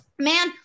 Man